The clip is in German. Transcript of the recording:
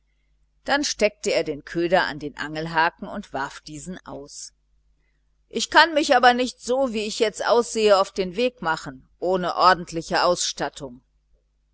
dann steckte er den köder an den angelhaken und warf diesen aus ich kann mich aber nicht so wie ich jetzt aussehe auf den weg machen ohne ordentliche ausstattung